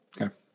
Okay